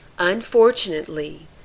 Unfortunately